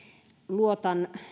luotan